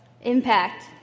Impact